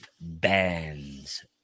bands